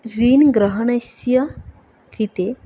ऋणग्रहणस्य कृते